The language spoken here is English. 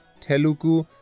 Telugu